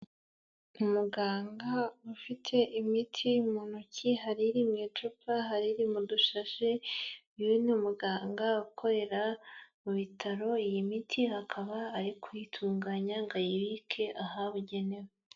Umuganga ufite imiti mu ntoki, hari iri mu icupa, hari mu dushashe, uyu ni muganga ukorera mu bitaro, iyi miti hakaba ari kuyitunganya ngo ayibike ahabugenewe.